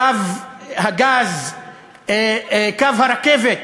קו הגז, קו הרכבת,